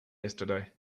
yesterday